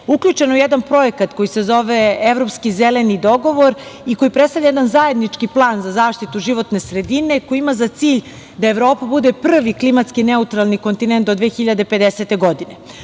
uključena u jedan projekat koji se zove "Evropski zeleni dogovor" i koji predstavlja jedan zajednički plan za zaštitu životne sredine, koji ima za cilj da Evropa bude prvi klimatski neutralni kontinent do 2050. godine. Ono